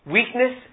Weakness